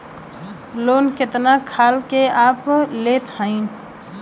Loan कितना खाल के आप लेत हईन?